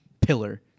pillar